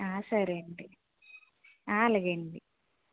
ఆ సరేండి ఆ అలాగేండి